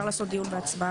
אפשר לעשות דיון והצבעה.